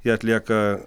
ją atlieka